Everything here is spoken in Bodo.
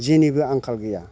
जेनिबो आंखाल गैया